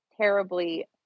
terribly